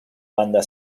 banda